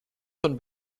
von